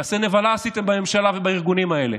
מעשה נבלה עשיתם בממשלה ובארגונים האלה.